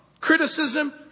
criticism